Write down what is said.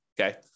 Okay